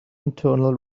internal